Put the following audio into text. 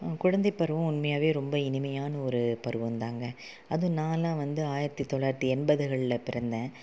குழந்தை பருவம் உண்மையாகவே ரொம்ப இனிமையான ஒரு பருவம்தாங்க அதும் நானெலாம் வந்து ஆயிரத்தி தொளாயிரத்தி எண்பதுகளில் பிறந்தேன்